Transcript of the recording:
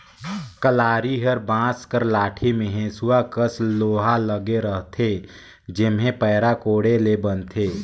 कलारी हर बांस कर लाठी मे हेसुवा कस लोहा लगे रहथे जेम्हे पैरा कोड़े ले बनथे